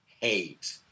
hate